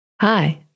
Hi